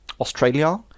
Australia